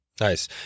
Nice